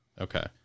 Okay